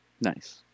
Nice